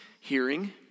hearing